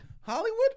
hollywood